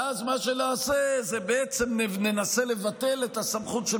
ואז מה שנעשה זה בעצם ננסה לבטל את הסמכות של